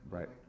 Right